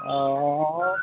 आ